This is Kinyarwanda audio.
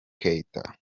keita